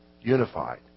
unified